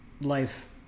life